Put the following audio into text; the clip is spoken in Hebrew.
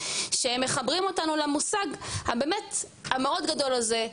שמחברים אותנו למושג הבאמת מאוד גדול הזה,